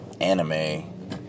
Anime